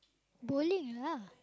bowling lah